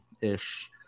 ish